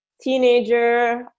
teenager